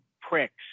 pricks